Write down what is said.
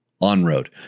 on-road